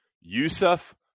Yusuf